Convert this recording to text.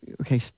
Okay